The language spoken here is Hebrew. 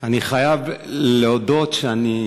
מה זה אומר שלא תעבור על זה בשתיקה?